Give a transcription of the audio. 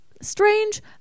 strange